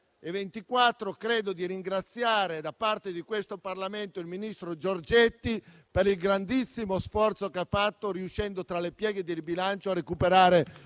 E credo di dover ringraziare, a nome di questo Parlamento, il ministro Giorgetti per il grandissimo sforzo che ha fatto, riuscendo tra le pieghe del bilancio a recuperare